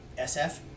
SF